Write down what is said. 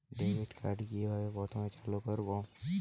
Debit card কিভাবে প্রথমে চালু করব?